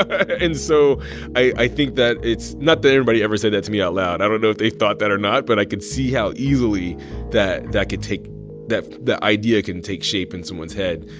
ah and so i think that it's not that anybody ever said that to me out loud. i don't know if they thought that or not, but i could see how easily that that could take the idea can take shape in someone's head.